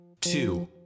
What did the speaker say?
two